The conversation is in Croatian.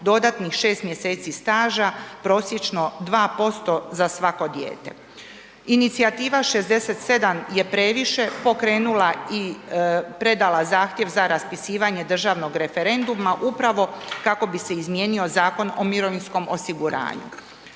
dodatnih 6 mjeseci staža, prosječno 2% za svako dijete. Inicijativa 67 je previše pokrenula i predala zahtjev za raspisivanje državnog referenduma upravo kako bi se izmijenio Zakon o mirovinskom osiguranju.